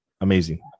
amazing